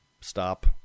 stop